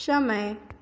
समय